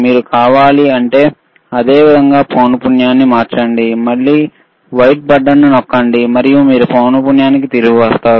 మీకు కావాలంటే అదే విధంగా పౌనపున్యంని మార్చండి మళ్ళీ వైట్ బటన్ నొక్కండి మరియు మీరు పౌనపున్యం మోడ్కి తిరిగి వస్తారు